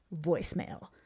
Voicemail